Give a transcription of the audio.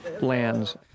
lands